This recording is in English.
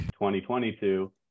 2022